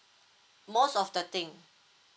most of the thing